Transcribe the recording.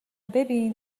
ببین